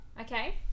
Okay